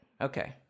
Okay